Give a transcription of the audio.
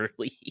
early